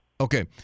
Okay